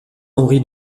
henri